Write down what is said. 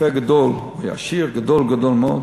רופא גדול, הוא היה עשיר גדול, גדול מאוד.